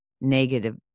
negative